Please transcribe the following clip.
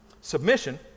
Submission